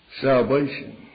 salvation